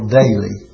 daily